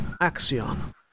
Axion